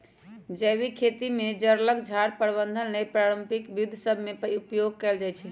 जैविक खेती में जङगल झार प्रबंधन के लेल पारंपरिक विद्ध सभ में उपयोग कएल जाइ छइ